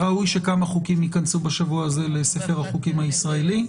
ראוי שכמה חוקים ייכנסו בשבוע הזה לספר החוקים הישראלי.